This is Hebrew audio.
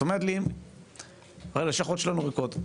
את אומרת לי הלשכות שלנו ריקות,